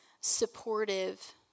supportive